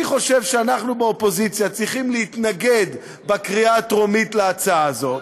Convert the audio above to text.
אני חושב שאנחנו באופוזיציה צריכים להתנגד בקריאה הטרומית להצעה הזאת,